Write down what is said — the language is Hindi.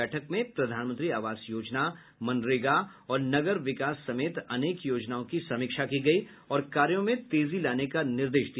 बैठक में प्रधानमंत्री आवास योजना मनरेगा और नगर विकास समेत अनेक योजनाओं की समीक्षा की गयी और कार्यों में तेजी लाने का निर्देश दिया